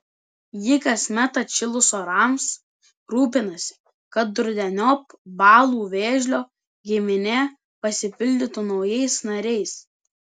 ji kasmet atšilus orams rūpinasi kad rudeniop balų vėžlio giminė pasipildytų naujais nariais